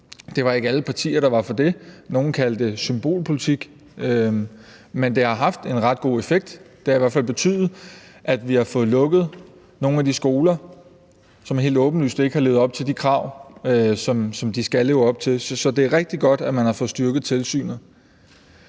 Det var ikke alle partier, der for det – nogle kaldte det symbolpolitik – men det har haft en ret god effekt. Det har i hvert fald betydet, at vi har fået lukket nogle af de skoler, som helt åbenlyst ikke har levet op til de krav, som de skal leve op til. Så det er rigtig godt, at man har fået styrket tilsynet.